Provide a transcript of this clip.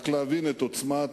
רק להבין את העוצמה,